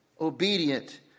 obedient